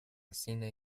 cine